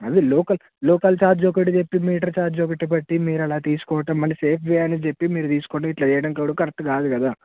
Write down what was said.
అదే local local charge ఒకటి చెప్పి మీటర్ చార్జ్ ఒకటి బట్టి మీరు అలా తీసుకోవటం మళ్ళీ సేఫ్ వే అని చెప్పి తీసుకోవడం ఇట్లా చెయ్యడం కూడా కరక్ట్ కాదు కదా